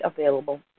available